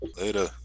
Later